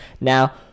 Now